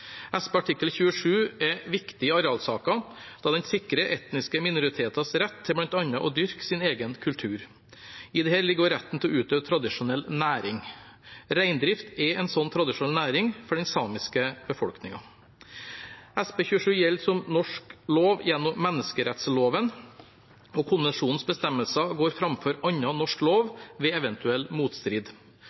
27 er viktig i arealsaker, da den sikrer etniske minoriteters rett til bl.a. å dyrke sin egen kultur. I dette ligger også retten til å utøve tradisjonell næring. Reindrift er en slik tradisjonell næring for den samiske befolkingen. SP 27 gjelder som norsk lov gjennom menneskerettsloven, og konvensjonens bestemmelser går foran annen norsk lov ved eventuell motstrid.